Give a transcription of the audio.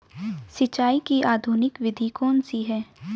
सिंचाई की आधुनिक विधि कौन सी है?